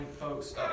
Folks